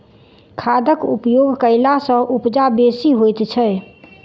खादक उपयोग कयला सॅ उपजा बेसी होइत छै